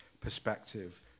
perspective